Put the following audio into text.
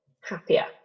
happier